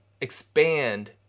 expand